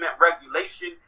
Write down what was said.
regulation